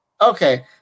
Okay